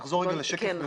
נחזור לשקף.